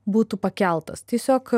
būtų pakeltas tiesiog